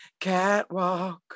catwalk